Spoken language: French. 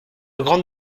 grande